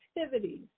activities